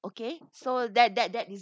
okay so that that that is